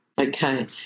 Okay